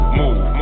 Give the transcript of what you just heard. move